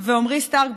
ועמרי סטרק,